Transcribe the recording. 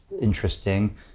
interesting